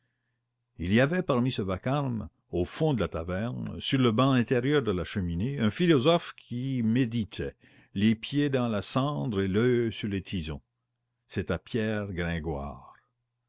il y avait parmi ce vacarme au fond de la taverne sur le banc intérieur de la cheminée un philosophe qui méditait les pieds dans la cendre et l'oeil sur les tisons c'était pierre gringoire